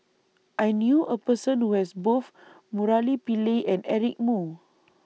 I knew A Person Who has Both Murali Pillai and Eric Moo